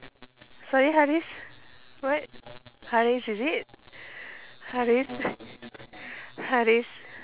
sorry haris what haris is it haris haris